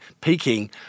Peking